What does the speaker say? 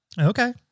Okay